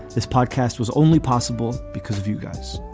this podcast was only possible because of you guys.